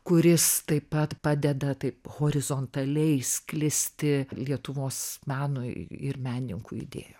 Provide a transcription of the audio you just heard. kuris taip pat padeda taip horizontaliai sklisti lietuvos menui ir menininkų idėjom